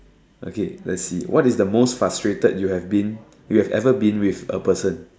okay let's see what is the most frustrated you have been you have ever been with a person